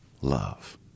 love